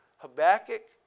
Habakkuk